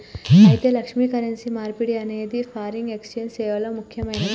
అయితే లక్ష్మి, కరెన్సీ మార్పిడి అనేది ఫారిన్ ఎక్సెంజ్ సేవల్లో ముక్యమైనది